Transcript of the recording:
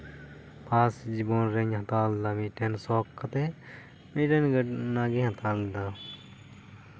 first ᱡᱤᱵᱚᱱ ᱨᱤᱧ ᱦᱟᱛᱟᱣ ᱞᱮᱫᱟ ᱢᱤᱫᱴᱮᱱ ᱥᱚᱠ ᱠᱟᱛᱮ ᱢᱤᱫᱴᱮᱱ ᱜᱟᱹᱰᱤ ᱚᱱᱟᱜᱤᱧ ᱦᱟᱛᱟᱣ ᱞᱮᱫᱟ